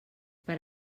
per